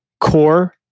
core